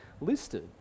listed